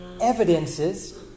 evidences